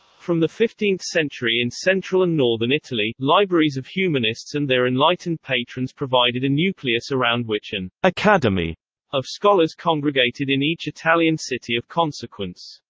from the fifteenth century in central and northern italy, libraries of humanists and their enlightened patrons provided a nucleus around which an academy of scholars congregated in each italian city of consequence.